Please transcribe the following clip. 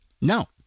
No